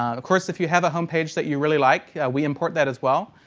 of course, if you have a home page that you really like we import that as well.